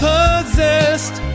Possessed